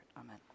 amen